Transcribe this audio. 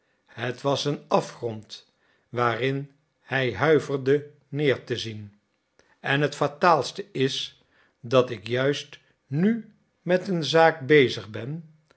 het was een afgrond waarin hij huiverde neer te zien en het fataalste is dat ik juist nu met een zaak bezig ben